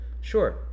sure